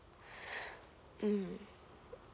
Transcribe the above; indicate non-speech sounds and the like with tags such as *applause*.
*breath* mm